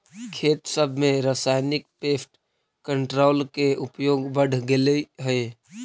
खेत सब में रासायनिक पेस्ट कंट्रोल के उपयोग बढ़ गेलई हे